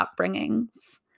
upbringings